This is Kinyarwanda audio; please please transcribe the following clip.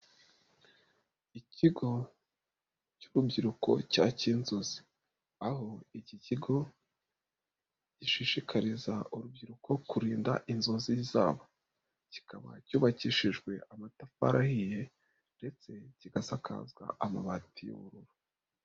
Ikigo cy'urubyiruko cya k'inzuzi aho iki kigo gishishikariza urubyiruko kurinda inzozi zabo, kikaba cyubakishijwe amatafari ahiye ndetse kigasakazwa amabati y'ubururu.